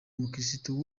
umukiristo